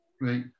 Right